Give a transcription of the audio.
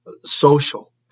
social